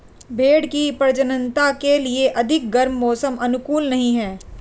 भेंड़ की प्रजननता के लिए अधिक गर्म मौसम अनुकूल नहीं है